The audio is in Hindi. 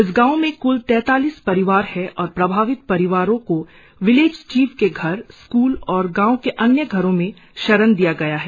इस गांव में क्ल तैतालीस परिवार है और प्रभावित परिवारों को विलेज चीफ के घर स्कूल और गांव के अन्य घरों में शरण दिया गया है